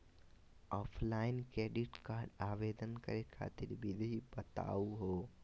Offline credit card आवेदन करे खातिर विधि बताही हो?